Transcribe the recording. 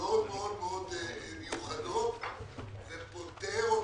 מאוד מאוד מיוחדות ופותר אותן.